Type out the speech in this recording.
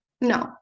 No